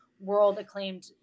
world-acclaimed